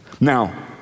Now